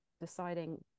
deciding